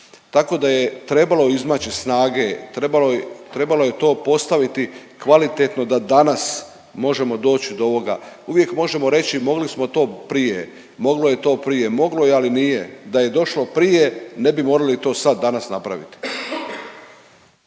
Tako da je trebalo izmaći snage, trebalo je to postaviti kvalitetno da danas možemo doći do ovoga. Uvijek možemo reći mogli smo to prije, moglo je to prije, moglo je ali nije. Da je došlo prije, ne bi morali to sad, danas napraviti.